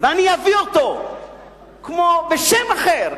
ואני אביא אותו בשם אחר.